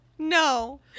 No